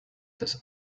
das